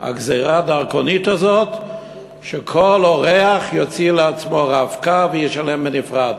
הגזירה הדרקונית הזאת שכל אורח יוציא לעצמו "רב-קו" וישלם בנפרד?